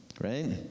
Right